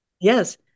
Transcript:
Yes